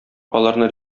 аларны